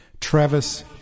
Travis